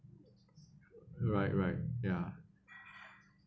right right ya